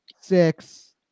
six